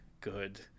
good